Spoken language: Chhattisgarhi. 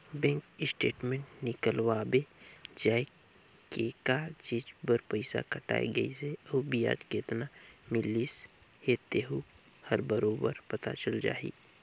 बेंक स्टेटमेंट निकलवाबे जाये के का चीच बर पइसा कटाय गइसे अउ बियाज केतना मिलिस हे तेहू हर बरोबर पता चल जाही